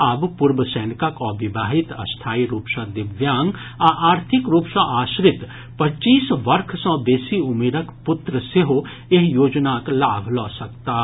आब पूर्व सैनिकक अविवाहित स्थायी रूप सॅ दिव्यांग आ आर्थिक रूप सॅ आश्रित पच्चीस वर्ष सॅ बेसी उमिरक पुत्र सेहो एहि योजनाक लाभ लऽ सकताह